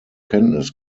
kenntnis